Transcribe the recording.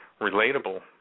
relatable